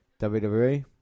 WWE